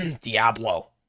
Diablo